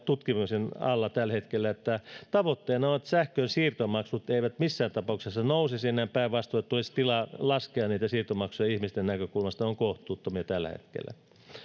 tutkimisen alla tällä hetkellä tavoitteena on että sähkönsiirtomaksut eivät missään tapauksessa nousisi päinvastoin tulisi tilaa laskea niitä siirtomaksuja ihmisten näkökulmasta ne ovat kohtuuttomia tällä hetkellä